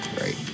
Right